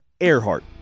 Earhart